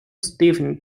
stephen